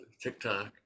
TikTok